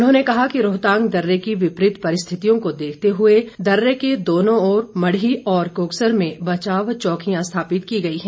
उन्होंने कहा कि रोहतांग दर्रे की विपरीत परिस्थितियों को देखते हुए दर्रे के दोनों ओर मढ़ी और कोकसर में बचाव चौकियां स्थापित की गई है